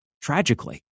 tragically